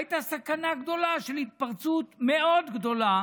והייתה סכנה גדולה של התפרצות מאוד גדולה